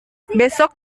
besok